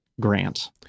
Grant